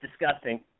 disgusting